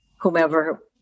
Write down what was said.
whomever